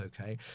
okay